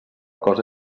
cosa